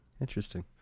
interesting